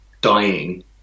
dying